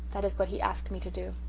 that is what he asked me to do.